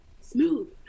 smooth